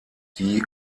die